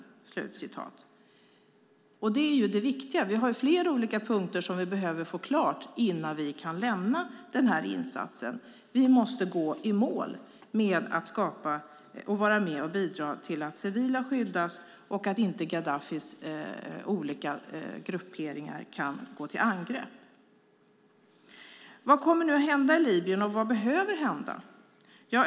Detta är det viktiga. Vi har flera olika punkter vi behöver få klart innan vi kan lämna denna insats. Vi måste gå i mål med att vara med och bidra till att civila skyddas och att Gaddafis olika grupperingar inte kan gå till angrepp. Vad kommer nu att hända i Libyen, och vad behöver hända?